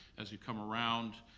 as you come around,